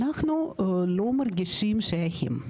אנחנו לא מרגישים שייכים,